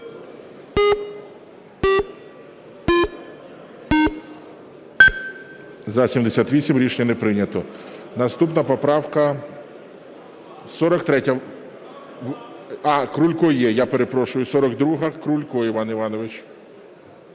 За-78 Рішення не прийнято. Наступна поправка